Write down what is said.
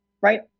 right